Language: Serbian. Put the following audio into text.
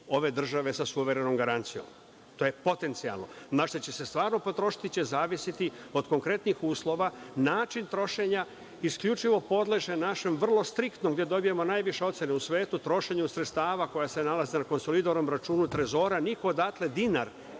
ove države sa suverenom garancijom. To je potencijalno. Na šta će se stvarno potrošiti će zavisiti od konkretnih uslova, način trošenja isključivo podleže našem vrlo striktnom, gde dobijamo najviše ocene u svetu, trošenje sredstava koja se nalaze na konsolidovanom računu trezora. Niko odatle dinar